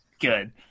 Good